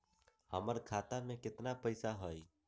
हमर खाता में केतना पैसा हई?